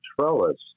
trellis